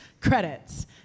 credits